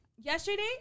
Yesterday